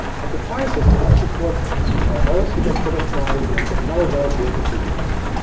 but the file system must support this, or else you just get a file with lots of null bytes written to disk.